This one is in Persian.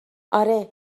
آره